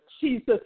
Jesus